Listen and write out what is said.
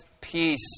peace